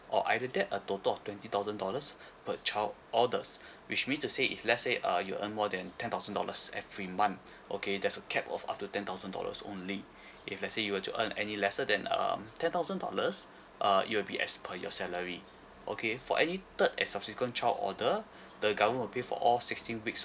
or either that a total of twenty thousand dollars per child orders which means to say if let say uh you earn more than ten thousand dollars every month okay there's a cap of up to ten thousand dollars only if let say you were to earn any lesser than um ten thousand dollars uh it will be as per your salary okay for any third and subsequent child order the government will pay for all sixteen weeks